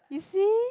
you see